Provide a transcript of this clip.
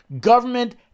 government